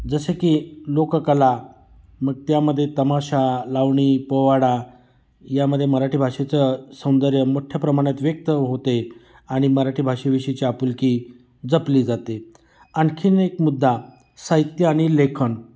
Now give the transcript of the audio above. जसे की लोककला मग त्यामध्ये तमाशा लावणी पोवाडा यामध्ये मराठी भाषेचं सौंदर्य मोठ्या प्रमाणात व्यक्त होते आणि मराठी भाषेविषयीची आपुलकी जपली जाते आणखीन एक मुद्दा साहित्य आणि लेखन